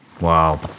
wow